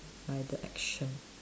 by the action